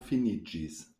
finiĝis